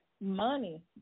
money